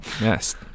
yes